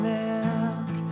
milk